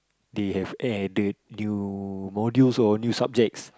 they have added new modules or new subjects